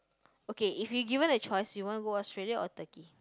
okay if you given a choice you want go Australia or Turkey